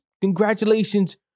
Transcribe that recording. congratulations